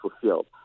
fulfilled